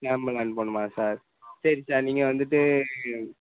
sample அனுப்பணுமா sir சரி sir நீங்கள் வந்துட்டு